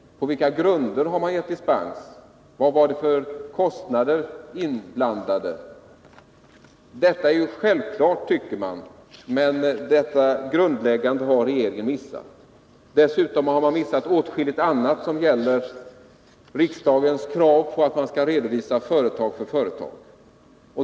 På vilka grunder har man gett dispens? Vilka kostnader var inblandade? Detta tycker man borde vara självklara saker, men regeringen har missat dessa grundläggande förhållanden. Dessutom har man missat åtskilligt annat när det gäller riksdagens krav på en redovisning för varje enskilt företag.